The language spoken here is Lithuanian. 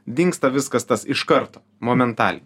dingsta viskas tas iš karto momentaliai